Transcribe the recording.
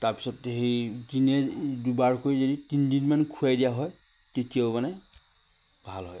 তাৰপিছত সেই দিনে দুবাৰকৈ যদি তিনিদিনমান খুৱাই দিয়া হয় তেতিয়াও মানে ভাল হয়